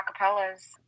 acapellas